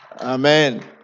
Amen